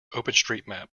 openstreetmap